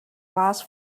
last